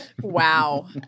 Wow